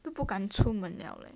都不敢出门了 leh